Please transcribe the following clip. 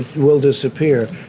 will disappear.